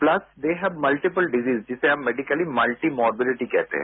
pulse they have multiple diseases जिसे हम medically multimorbidity कहते हैं